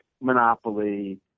Monopoly